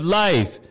life